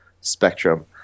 spectrum